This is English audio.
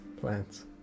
plants